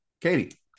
katie